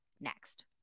next